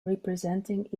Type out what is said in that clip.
representing